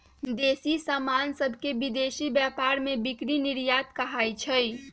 देसी समान सभके विदेशी व्यापार में बिक्री निर्यात कहाइ छै